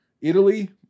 Italy